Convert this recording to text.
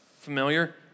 familiar